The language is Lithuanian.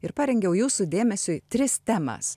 ir parengiau jūsų dėmesiui tris temas